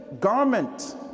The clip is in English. garment